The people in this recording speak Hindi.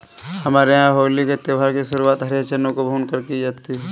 हमारे यहां होली के त्यौहार की शुरुआत हरे चनों को भूनकर की जाती है